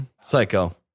Psycho